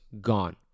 gone